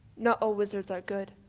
not all wizards are good.